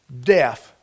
death